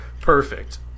Perfect